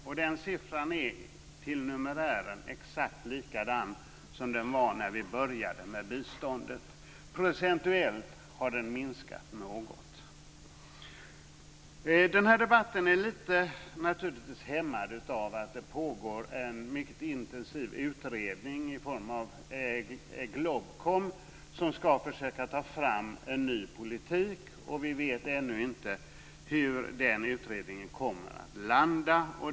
Denna siffra är till numerären exakt likadan som den var när vi började med biståndet. Procentuellt har den minskat något. Den här debatten är naturligtvis lite hämmad av att det pågår en mycket intensiv utredning i form av GLOBKOM som ska försöka att ta fram en ny politik. Vi vet ännu inte hur den utredningen kommer att landa.